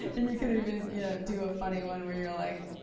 and you could even you know do a funny one where you're like,